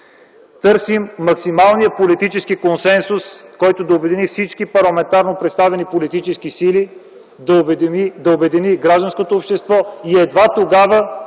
Търсим максималния политически консенсус, който да обедини всички парламентарно представени политически сили, да обедини гражданското общество и едва тогава